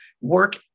work